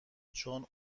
چون